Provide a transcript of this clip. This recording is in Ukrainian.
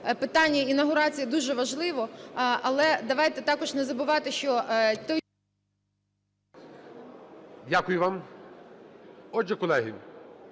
питання інавгурації дуже важливе, але давайте також не забувати, що… ГОЛОВУЮЧИЙ. Дякую вам. Отже, колеги,